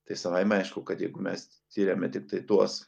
tai savaime aišku kad jeigu mes tyrėme tiktai tuos